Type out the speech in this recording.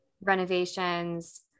renovations